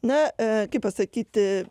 na kaip pasakyti